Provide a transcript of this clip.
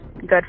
good